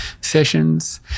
sessions